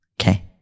Okay